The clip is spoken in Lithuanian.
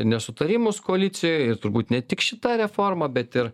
nesutarimus koalicijoj ir turbūt ne tik šita reforma bet ir